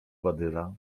badyla